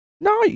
No